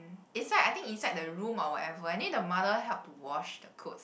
inside I think inside the room or whatever I think the mother help to wash the clothes